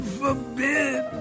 forbid